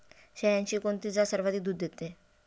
शेळ्यांची कोणती जात सर्वाधिक दूध देते?